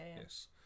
Yes